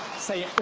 say oooo.